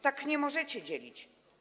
Tak nie możecie dzielić.